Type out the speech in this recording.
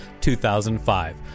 2005